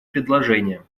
предложения